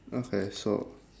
okay so